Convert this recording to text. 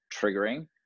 triggering